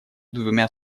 двумя